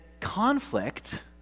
conflict—